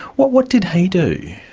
what what did he do?